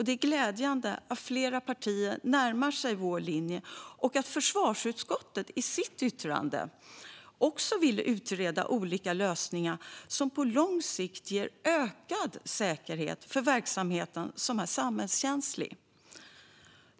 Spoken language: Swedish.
Det är glädjande att flera partier närmar sig vår linje och att försvarsutskottet i sitt yttrande också vill utreda olika lösningar som på lång sikt ger ökad säkerhet för den verksamhet som är samhällskänslig.